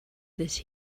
this